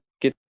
get